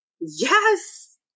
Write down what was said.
Yes